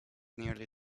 nearly